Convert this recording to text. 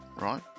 right